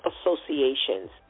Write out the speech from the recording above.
associations